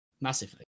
massively